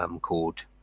called